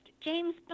James